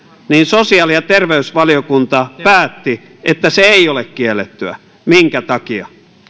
niin sosiaali ja terveysvaliokunta päätti että se ei ole kiellettyä minkä takia